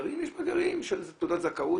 יש מאגרים של תעודות זכאות,